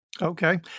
Okay